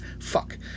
fuck